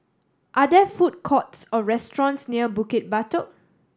are there food courts or restaurants near Bukit Batok